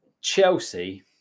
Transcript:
Chelsea